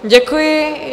Děkuji.